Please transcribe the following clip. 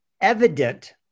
evident